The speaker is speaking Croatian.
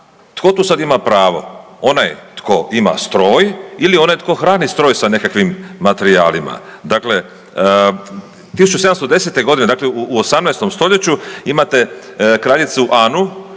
tko tu sad ima pravo, onaj tko ima stroj ili onaj tko hrani stroj sa nekakvim materijalima? Dakle, 1710.g. dakle u 18. stoljeću imate kraljicu Anu